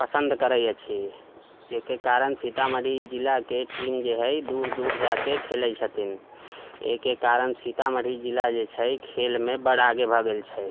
पसन्द करैत अछि जाहिके कारण सीतामढ़ी जिलाके टीम जे हइ दूर दूर जाके खेलैत छथिन एहिके कारण सीतामढ़ी जिला जे छै खेलमे बड़ आगे भए गेल छै